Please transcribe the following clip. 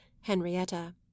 Henrietta